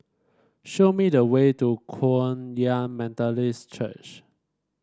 show me the way to Kum Yan Methodist Church